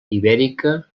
ibèrica